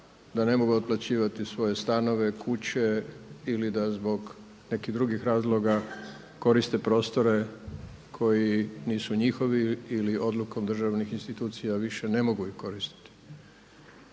da ne mogu otplaćivati svoje stanove, kuće ili da zbog nekih drugih razloga koriste prostore koji nisu njihovi ili odlukom državnih institucija više ih ne mogu koristiti.